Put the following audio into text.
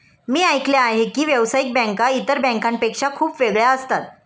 मी ऐकले आहे की व्यावसायिक बँका इतर बँकांपेक्षा खूप वेगळ्या असतात